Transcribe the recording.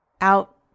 out